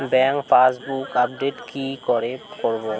Bank passbook update কি করে করবো?